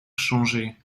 changée